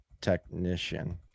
technician